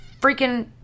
freaking